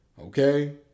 okay